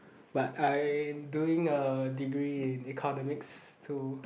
but I'm doing a degree in economics so